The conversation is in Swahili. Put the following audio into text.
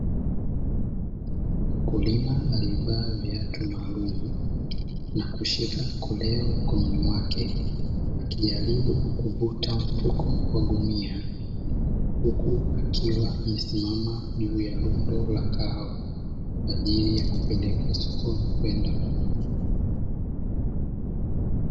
Mkulima aliyevalia viatu maalum na kushika koleo mkononi mwake akijaribu kuvuta mfuko wa gunia, huku akiwa amesimama juu ya lundo la kahawa kwa ajili ya kupelekwa sokoni kwenda kuuzwa.